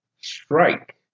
strike